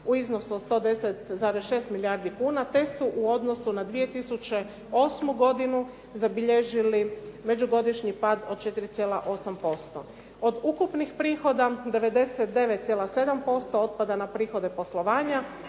u iznosu od 110,6 milijardi kuna, te su u odnosu na 2008. godinu zabilježili međugodišnji pad od 4,8%. Od ukupnih prihoda 99,7% otpada na prihode poslovanja